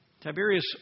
Tiberius